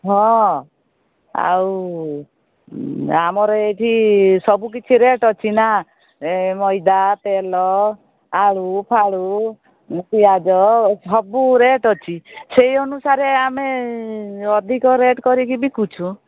ହଁ ଆଉ ଆମର ଏଇଠି ସବୁ କିଛି ରେଟ୍ ଅଛି ନାଁ ଏ ମଇଦା ତେଲ ଆଳୁ ଫାଳୁ ପିଆଜ ସବୁ ରେଟ୍ ଅଛି ସେଇ ଅନୁସାରେ ଆମେ ଅଧିକ ରେଟ୍ କରିକି ବିକୁଛୁ